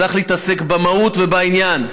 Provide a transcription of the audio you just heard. צריך להתעסק במהות ובעניין.